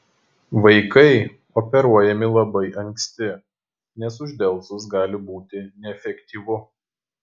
vaikai operuojami labai anksti nes uždelsus gali būti neefektyvu